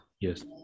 Yes